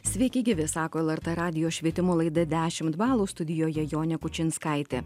sveiki gyvi sako lrt radijo švietimo laida dešim balų studijoje jonė kučinskaitė